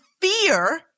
fear